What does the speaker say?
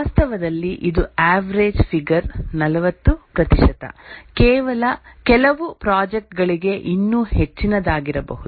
ವಾಸ್ತವದಲ್ಲಿ ಇದು average figure 40 ಕೆಲವು ಪ್ರಾಜೆಕ್ಟ್ ಗಳಿಗೆ ಇನ್ನೂ ಹೆಚ್ಚಿನದಾಗಿರಬಹುದು